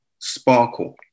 sparkle